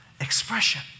expression